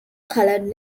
colored